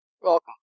Welcome